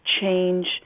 change